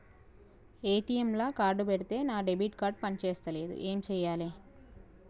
ATM లా card పెడితే నా డెబిట్ కార్డ్ పని చేస్తలేదు ఏం చేయాలే?